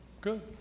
Good